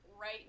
right